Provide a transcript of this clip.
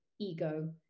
ego